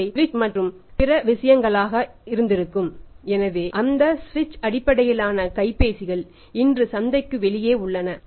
அவை சுவிட்ச் அடிப்படையிலான கைபேசிகள் இன்று சந்தைக்கு வெளியே உள்ளன